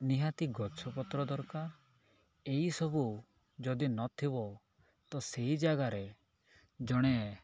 ନିହାତି ଗଛ ପତ୍ର ଦରକାର ଏଇସବୁ ଯଦି ନଥିବ ତ ସେଇ ଜାଗାରେ ଜଣେ